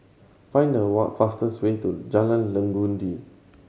find the fastest way to Jalan Legundi